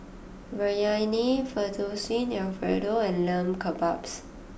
Biryani Fettuccine Alfredo and Lamb Kebabs